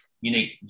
unique